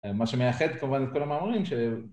מה שמייחד כמובן את כל המאמרים ש...